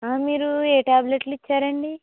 మీరు ఏ ట్యాబ్లెట్లు ఇచ్చారండి